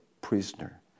prisoner